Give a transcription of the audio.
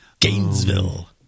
Gainesville